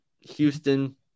houston